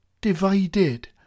divided